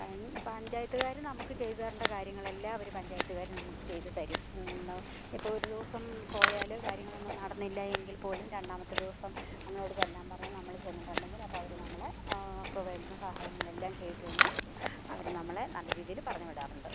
പഞ്ചായത്തുകാർ നമുക്ക് ചെയ്തു തരേണ്ട കാര്യങ്ങളെല്ലാം അവർ പഞ്ചായത്തുകാർ നമുക്ക് ചെയ്തു തരും ഇപ്പം ഒരു ദിവസം പോയാൽ കാര്യങ്ങളൊന്നും നടന്നില്ലയെങ്കിൽ പോലും രണ്ടാമത്തെ ദിവസം നമ്മളോട് ചെല്ലാൻ പറഞ്ഞാൽ നമ്മൾ ചെയ്യുന്നിട്ടുണ്ടെങ്കിൽ അപ്പം അവർ നമ്മളെ ഒക്കെ വേണ്ടുന്ന സഹായങ്ങളെല്ലാം ചെയ്തുതന്ന് അവർ നമ്മളെ നല്ല രീതിയിൽ പറഞ്ഞു വിടാറുണ്ട്